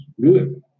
good